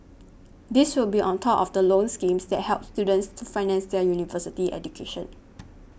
these will be on top of the loan schemes that help students to finance their university education